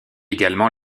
également